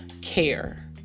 care